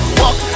walk